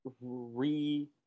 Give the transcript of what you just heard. re